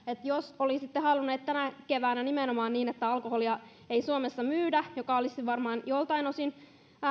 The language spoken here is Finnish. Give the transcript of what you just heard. jos olisitte halunneet tänä keväänä nimenomaan että alkoholia ei suomessa myydä mikä myöskin olisi varmaan joiltain osin